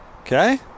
Okay